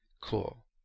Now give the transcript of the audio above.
cool